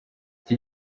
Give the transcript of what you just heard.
iki